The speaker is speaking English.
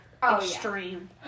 extreme